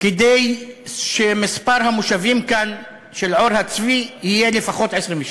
כדי שמספר המושבים כאן של עור הצבי יהיה לפחות 22,